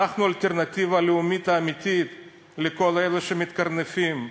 אנחנו האלטרנטיבה הלאומית האמיתית לכל אלה שמתקרנפים.